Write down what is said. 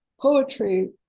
poetry